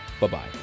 Bye-bye